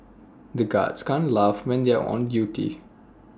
the guards can't laugh when they are on duty